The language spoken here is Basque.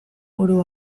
oro